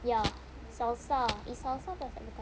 ya salsa is salsa plus avocado